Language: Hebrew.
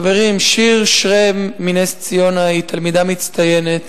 חברים, שיר שרם מנס-ציונה היא